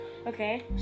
Okay